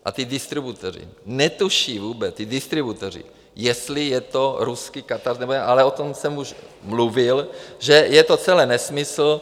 A ti distributoři netuší vůbec, ti distributoři, jestli je to ruský , ale o tom jsem už mluvil, že je to celé nesmysl.